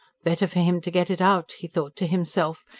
better for him to get it out, he thought to himself,